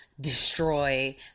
destroy